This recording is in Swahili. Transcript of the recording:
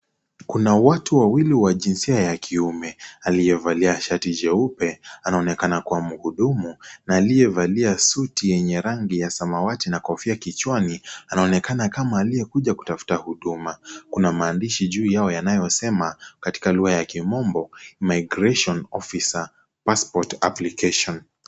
Kuna watu wawili wa jinsia ya kiume , aliyevalia shati jeupe anaonekana kuwa mhudumu na aliyevalia suti yenye rangi ya samawati na kofia kichwani anaonekana kama aliye kuja kutafuta huduma. Kuna maandishi juu yao yanayosema katika lugha ya kimombo immigration officer passport application .